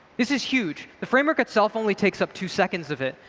this is huge. the framework itself only takes up two seconds of it.